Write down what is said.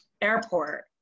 airport